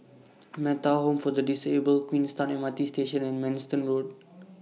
Metta Home For The Disabled Queenstown M R T Station and Manston Road